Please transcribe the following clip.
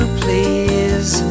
please